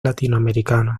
latinoamericanos